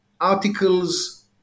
articles